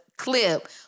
clip